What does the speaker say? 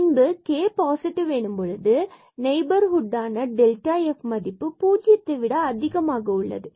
பின்பு k positive எனும் பொழுது நெய்பர்ஹுட்டான f மதிப்பு பூஜ்ஜியத்தை விட அதிகமாக உள்ளது